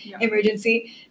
emergency